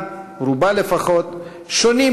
אני מפעיל את השעון מחדש, אדוני.